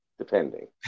depending